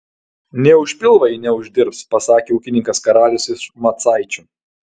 nė už pilvą ji neuždirbs pasakė ūkininkas karalius iš macaičių